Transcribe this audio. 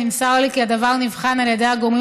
נמסר לי כי הדבר נבחן על ידי הגורמים